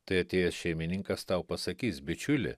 tai atėjęs šeimininkas tau pasakys bičiuli